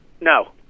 No